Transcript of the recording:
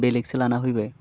बेलेगसो लाना फैबाय